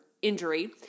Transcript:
Injury